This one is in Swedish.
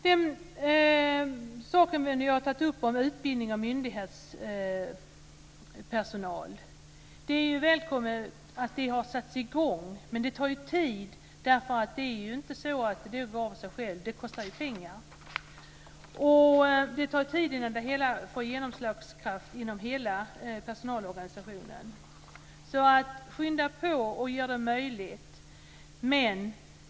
Sedan har det tagits upp utbildning av myndighetspersonal. Det är välkommet att det har satts i gång. Men det tar tid. Det går inte av sig självt, utan det kostar pengar. Det tar tid innan det hela får genomslagskraft inom hela personalorganisationen. Skynda på och gör det möjligt.